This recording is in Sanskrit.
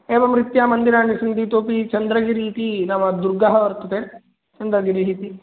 एवं रीत्या मन्दिराणि सन्ति इतोपि चन्द्रगिरिः इति नाम दुर्गः वर्तते चन्द्रगिरिः इति